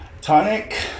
tonic